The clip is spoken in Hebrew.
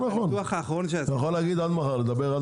בניתוח האחרון ש --- אתה יכול לדבר עד